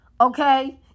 okay